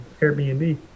Airbnb